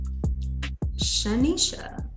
Shanisha